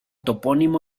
topónimo